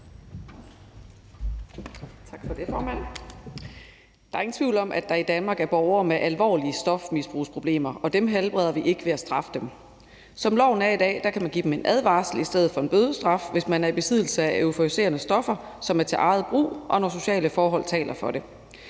Der er ingen tvivl om, at der i Danmark er borgere med alvorlige stofmisbrugsproblemer, og dem helbreder vi ikke ved at straffe dem. Som loven er i dag, kan man give dem en advarsel i stedet for en bødestraf, hvis man er i besiddelse af euforiserende stoffer, som er til eget brug, og når sociale forhold taler for det.